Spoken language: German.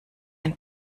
ein